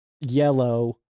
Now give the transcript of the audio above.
yellow